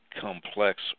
complex